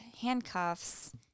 handcuffs